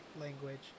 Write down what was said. language